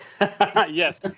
Yes